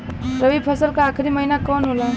रवि फसल क आखरी महीना कवन होला?